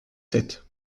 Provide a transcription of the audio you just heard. sept